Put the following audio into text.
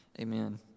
Amen